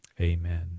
Amen